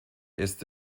ist